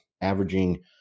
averaging